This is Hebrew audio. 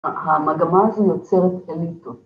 ‫המגמה הזו יוצרת אליטות.